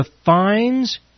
defines